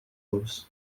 los